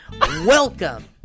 Welcome